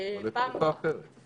בתקופה שההכרזה בתוקף.